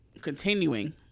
continuing